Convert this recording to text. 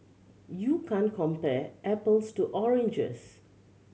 you can't compare apples to oranges